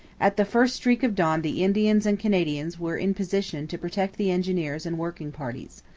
at the first streak of dawn the indians and canadians were in position to protect the engineers and working parties.